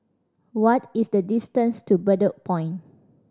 what is the distance to Bedok Point